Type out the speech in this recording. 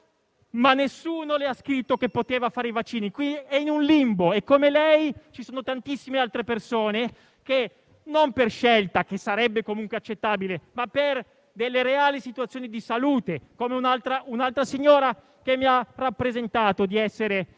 ma nessuno ha scritto che poteva fare il vaccino. È in un limbo e, come lei, vi si trovano tantissime altre persone, non per scelta, che sarebbe comunque accettabile, ma per delle reali situazioni di salute. Ancora, un'altra signora mi ha rappresentato di avere la